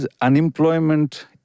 unemployment